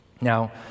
Now